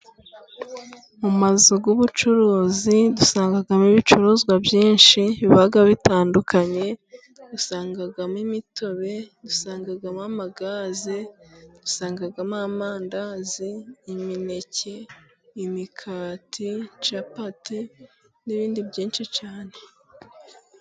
Mu mazu y'ubucuruzi dusangamo ibicuruzwa byinshi biba bitandukanye. Usangagamo imitobe ,dusangamo ama-gaze, dusangamo : amandazi, imineke ,imigati capati n'ibindi byinshi cyane.